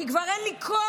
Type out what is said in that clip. כי כבר אין לי קול.